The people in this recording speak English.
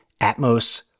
Atmos